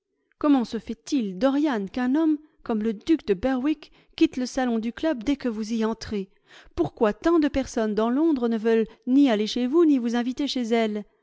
comment se fait-il dorian qu'un homme comme le duc de berwick quitte le salon du club dès que vous y entrez pourquoi tant de personnes dans londres ne veulent ni aller chez vous ni vous inviter chez elles